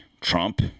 trump